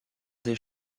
des